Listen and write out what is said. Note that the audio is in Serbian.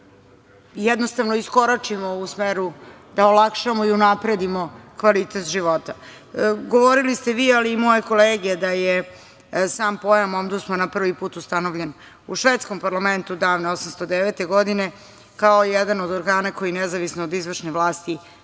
da jednostavno iskoračimo u smeru, da olakšamo i unapredimo kvalitet života. Govorili ste vi, ali i moje kolege, da je sam pojam ombudsmana prvi put ustanovljen u švedskom parlamentu, davne 1809. godine, kao jedan od organa koji nezavisno od izvršne vlasti